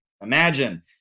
imagine